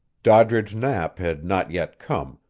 doddridge knapp had not yet come,